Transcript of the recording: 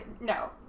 no